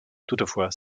toutefois